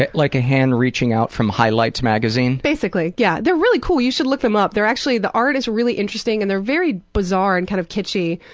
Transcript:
like a hand reaching out from highlights magazine? basically, yeah. they're really cool, you should look them up, they're actually the art is really interesting and they're very bizarre and kind of kitschy.